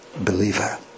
believer